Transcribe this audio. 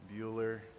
Bueller